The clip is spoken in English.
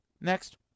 Next